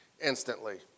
instantly